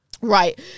right